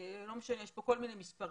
יש כאן כל מיני מספרים,